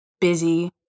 busy